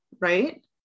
right